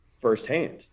firsthand